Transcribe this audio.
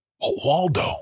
Waldo